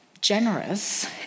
generous